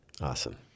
Awesome